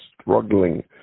struggling